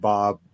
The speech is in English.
Bob